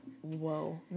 whoa